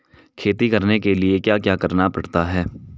खेती करने के लिए क्या क्या करना पड़ता है?